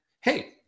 hey